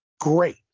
great